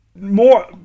More